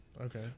Okay